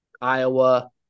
Iowa